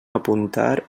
apuntar